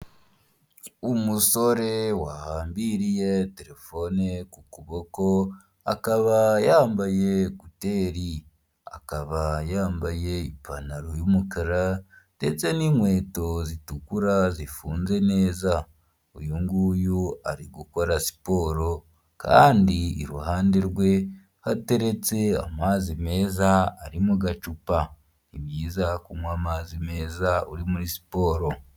umusore wahambiriye telefone ku kuboko akaba yambaye kuteri, akaba yambaye ipantaro y'umukara ndetse n'inkweto zitukura zifunze neza. Uyu nguyu ari gukora siporo kandi iruhande rwe hateretse amazi meza ari mu gacupa. Ni byiza kunywa amazi meza uri muri siporo.